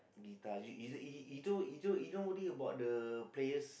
guitar you you you don't you don't you don't worry about the players